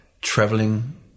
traveling